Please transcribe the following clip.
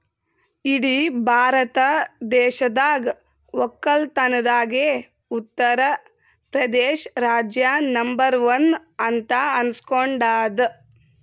ಇಡೀ ಭಾರತ ದೇಶದಾಗ್ ವಕ್ಕಲತನ್ದಾಗೆ ಉತ್ತರ್ ಪ್ರದೇಶ್ ರಾಜ್ಯ ನಂಬರ್ ಒನ್ ಅಂತ್ ಅನಸ್ಕೊಂಡಾದ್